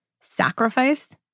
sacrifice